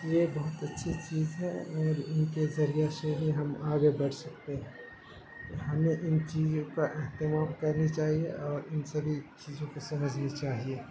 یہ بہت اچھی چیز ہے اور ان کے ذریعے سے ہی ہم آگے بڑھ سکتے ہیں ہمیں ان چیزوں کا اہتمام کرنی چاہیے اور ان سبھی چیزوں کو سمجھنی چاہیے